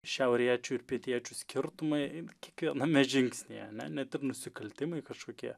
šiauriečių ir pietiečių skirtumai kiekviename žingsnyje ane net ir nusikaltimai kažkokie